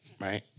right